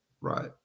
right